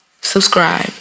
Subscribe